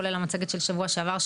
כולל את המצגת של שבוע שעבר,